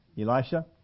Elisha